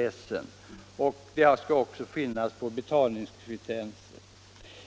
annonser och på betalningskvittenser ange firmans permanenta adress.